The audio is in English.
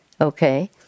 Okay